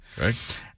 Right